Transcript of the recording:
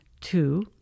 Two